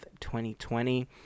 2020